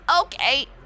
Okay